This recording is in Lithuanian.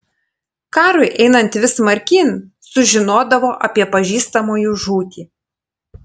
karui einant vis smarkyn sužinodavo apie pažįstamųjų žūtį